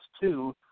two